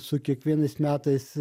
su kiekvienais metais